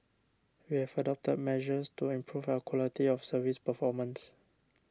we have adopted measures to improve our quality of service performance